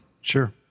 Sure